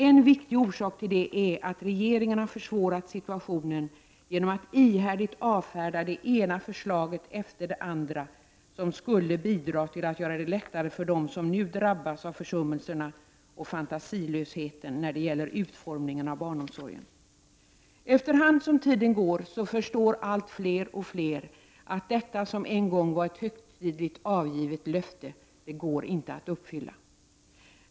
En viktig orsak till det är att regeringen har försvårat situationen genom att ihärdigt avfärda det ena förslaget efter det andra som skulle bidra till att göra det lättare för dem som nu drabbas av försummelserna och fantasilösheten när det gäller utformningen av barnomsorgen. Efter hand som tiden går förstår allt fler att det som en gång var ett högtid ligt avgivet löfte inte går att uppfylla.